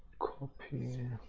copy